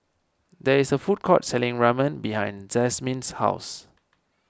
there is a food court selling Ramen behind Jazmin's house